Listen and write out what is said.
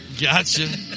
Gotcha